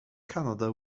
canada